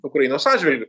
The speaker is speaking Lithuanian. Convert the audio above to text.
ukrainos atžvilgiu